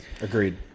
Agreed